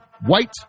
white